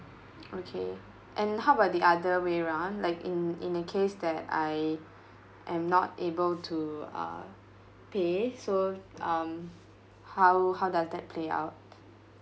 okay and how about the other way around like in in the case that I am not able to uh pay so um how how does that play out